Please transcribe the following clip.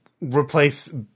replace